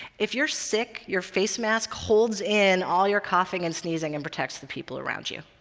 if you're sick, your face mask holds in all your coughing and sneezing and protects the people around you.